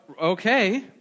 Okay